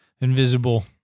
invisible